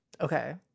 okay